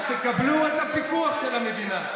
אז תקבלו את הפיקוח של המדינה.